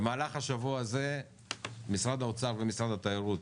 במהלך השבוע הזה משרד האוצר ומשרד התיירות,